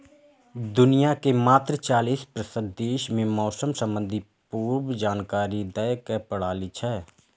दुनिया के मात्र चालीस प्रतिशत देश मे मौसम संबंधी पूर्व जानकारी दै के प्रणाली छै